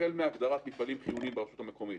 החל מהגדרת מפעלים חיוניים ברשות המקומית,